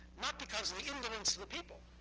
not because of the indolence of the people,